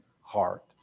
heart